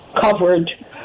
covered